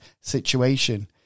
situation